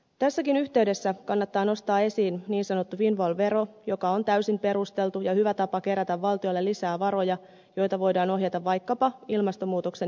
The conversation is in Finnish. tässäkin yhteydessä kannattaa nostaa esiin niin sanottu windfall vero joka on täysin perusteltu ja hyvä tapa kerätä valtiolle lisää varoja joita voidaan ohjata vaikkapa ilmastonmuutoksen hillitsemistoimenpiteisiin